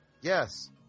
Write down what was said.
Yes